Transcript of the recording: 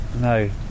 No